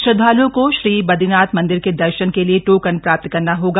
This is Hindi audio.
श्रद्धाल्ओं को श्री बद्रीनाथ मंदिर के दर्शन के लिए टोकन प्राप्त करना होगा